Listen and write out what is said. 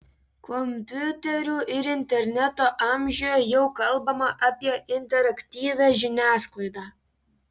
kompiuterių ir interneto amžiuje jau kalbama apie interaktyvią žiniasklaidą